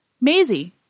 Maisie